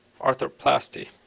arthroplasty